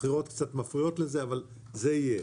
הבחירות קצת מפריעות לזה אבל זה יהיה.